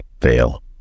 Fail